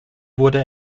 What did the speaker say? wurde